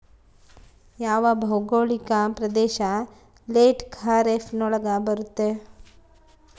ಯಾವ ಭೌಗೋಳಿಕ ಪ್ರದೇಶ ಲೇಟ್ ಖಾರೇಫ್ ನೊಳಗ ಬರುತ್ತೆ?